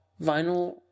vinyl